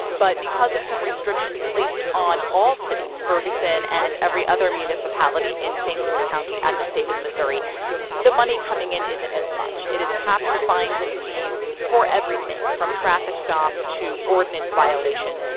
but because of some restrictions placed on all cities ferguson and every other municipality in st. louis county and the state of missouri the money coming in isn't as much. it has capped the fines and fees for everything, from traffic stops to ordinance violations,